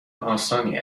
آسانی